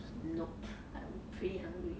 nope I'm pretty hungry